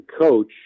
coach